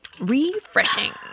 Refreshing